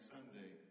Sunday